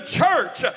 church